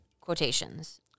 quotations